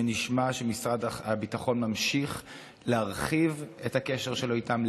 שנשמע שמשרד הביטחון ממשיך להרחיב את הקשר שלו איתם,